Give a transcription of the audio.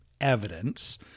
evidence